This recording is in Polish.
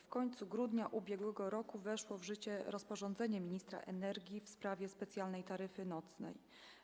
W końcu grudnia ubiegłego roku weszło w życie rozporządzenie ministra energii w sprawie specjalnej taryfy nocnej.